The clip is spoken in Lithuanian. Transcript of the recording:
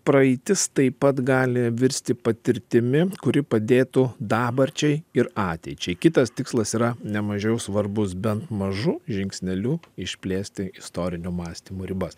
praeitis taip pat gali virsti patirtimi kuri padėtų dabarčiai ir ateičiai kitas tikslas yra ne mažiau svarbus bent mažu žingsneliu išplėsti istorinio mąstymo ribas